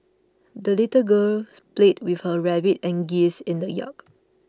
the little girl played with her rabbit and geese in the yard